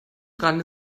dran